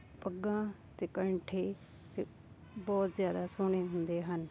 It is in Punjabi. ਪੱਗਾਂ ਅਤੇ ਕੈਂਠੇ ਬਹੁਤ ਜ਼ਿਆਦਾ ਸੋਹਣੇ ਹੁੰਦੇ ਹਨ